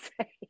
say